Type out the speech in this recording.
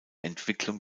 entwicklung